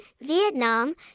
Vietnam